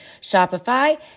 Shopify